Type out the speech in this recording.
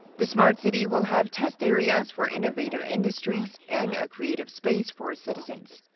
the smart city will have test areas for innovative industries and a creative space for citizens.